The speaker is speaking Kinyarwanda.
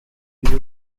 uyu